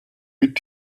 mit